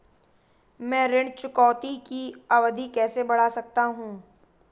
मैं ऋण चुकौती की अवधि कैसे बढ़ा सकता हूं?